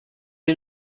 est